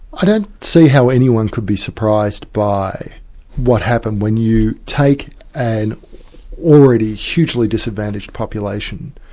i don't see how anyone could be surprised by what happened when you take an already hugely disadvantaged population,